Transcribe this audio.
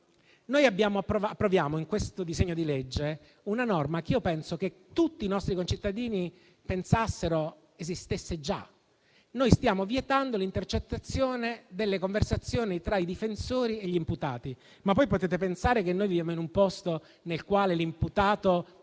Noi approviamo in questo disegno di legge anche una norma che penso che tutti i nostri concittadini ritenevano che esistesse già: noi stiamo vietando l'intercettazione delle conversazioni tra i difensori e gli imputati. Ma voi potete pensare che noi viviamo in un Paese nel quale l'imputato parla col difensore